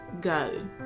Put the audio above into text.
go